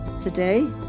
Today